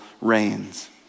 reigns